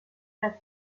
had